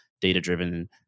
data-driven